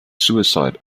suicide